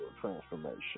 transformation